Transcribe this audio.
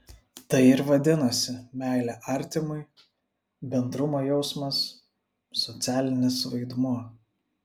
tai ir vadinasi meilė artimui bendrumo jausmas socialinis vaidmuo